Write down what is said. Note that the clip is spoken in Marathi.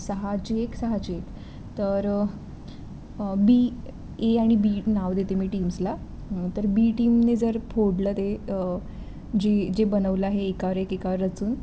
सहाची एक सहाची एक तर बी ए आणि बी नाव देते मी टीम्सला तर बी टीमने जर फोडलं ते जी जे बनवलं आहे एकावर एक एकावर रचून